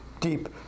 deep